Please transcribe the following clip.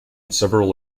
several